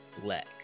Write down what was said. Black